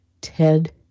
Ted